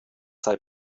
sei